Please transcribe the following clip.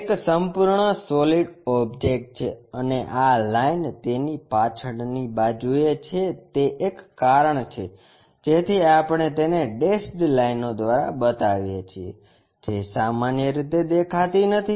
એક સંપૂર્ણ solid object છે અને આ લાઈન તેની પાછળની બાજુએ છે તે એક કારણ છે જેથી આપણે તેને ડેશેડ લાઇનો દ્વારા બતાવીએ છીએ જે સામાન્ય રીતે દેખાતિ નથી